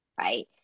right